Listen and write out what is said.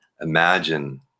Imagine